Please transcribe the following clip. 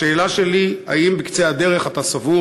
השאלה שלי היא: האם בקצה הדרך אתה סבור